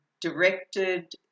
directed